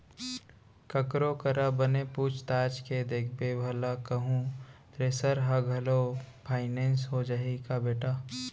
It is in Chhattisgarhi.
ककरो करा बने पूछ ताछ के देखबे भला कहूँ थेरेसर ह घलौ फाइनेंस हो जाही का बेटा?